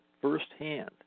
firsthand